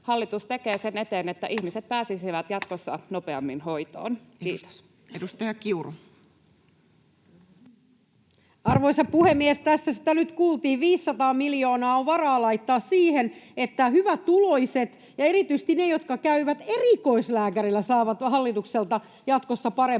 33 Sosiaali- ja terveysministeriön hallinnonala Time: 13:09 Content: Arvoisa puhemies! Tässä sitä nyt kuultiin: 500 miljoonaa on varaa laittaa siihen, että hyvätuloiset ja erityisesti ne, jotka käyvät erikoislääkärillä, saavat hallitukselta jatkossa parempaa